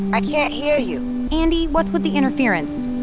i can't hear you andi, what's with the interference?